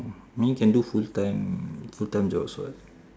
mean can do full time full time jobs [what]